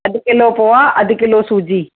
अधु किलो पोहा अधु किलो सूजी